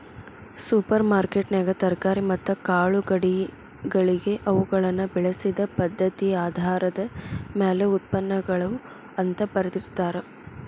super ಮಾರ್ಕೆಟ್ನ್ಯಾಗ ತರಕಾರಿ ಮತ್ತ ಕಾಳುಕಡಿಗಳಿಗೆ ಅವುಗಳನ್ನ ಬೆಳಿಸಿದ ಪದ್ಧತಿಆಧಾರದ ಮ್ಯಾಲೆ ಉತ್ಪನ್ನಗಳು ಅಂತ ಬರ್ದಿರ್ತಾರ